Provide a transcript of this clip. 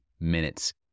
Minutes